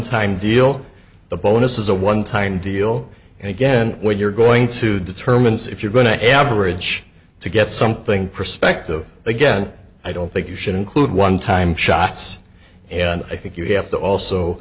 time deal the bonus is a one time deal and again when you're going to determines if you're going to average to get something perspective again i don't think you should include one time shots and i think you have to also